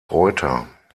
reuter